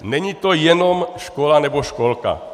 Není to jenom škola nebo školka.